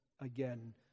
again